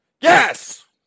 Yes